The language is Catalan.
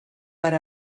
per